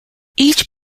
each